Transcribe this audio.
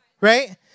Right